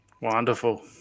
Wonderful